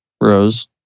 Rose